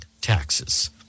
taxes